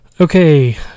Okay